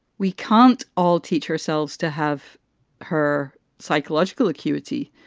we can't all teach ourselves to have her psychological acuity.